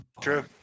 True